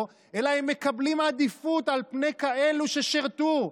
אלא הם מקבלים עדיפות על כאלה ששירתו,